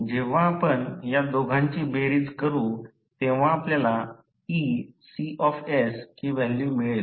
जेव्हा आपण त्या दोघांची बेरीज करू तेव्हा आपल्याला Ecs ची व्हॅल्यू मिळेल